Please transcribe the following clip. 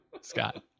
Scott